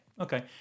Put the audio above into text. Okay